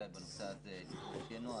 ואני חושב שבנושא הזה כדאי שיהיה נוהל.